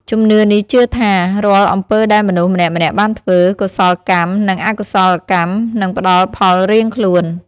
ជំនឿនេះជឿថា រាល់អំពើដែលមនុស្សម្នាក់ៗបានធ្វើ កុសលកម្ម និងអកុសលកម្ម នឹងផ្តល់ផលរៀងខ្លួន។